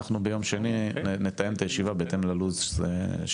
אנחנו ביום שני נתאם את הישיבה בהתאם ללו"ז שלהם.